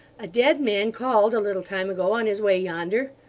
a dead man called a little time ago, on his way yonder.